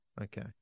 Okay